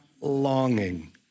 longing